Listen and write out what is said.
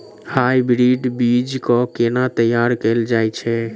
Hybrid बीज केँ केना तैयार कैल जाय छै?